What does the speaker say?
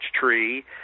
tree